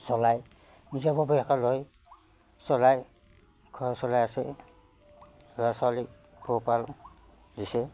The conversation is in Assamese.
চলাই নিজাববীয়াকৈ লৈ চলাই ঘৰ চলাই আছে ল'ৰা ছোৱালীক পোহপাল দিছে